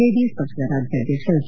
JDS ಪಕ್ಷದ ರಾಜ್ಯಾಧ್ಯಕ್ಷ H